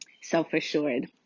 self-assured